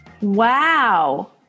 Wow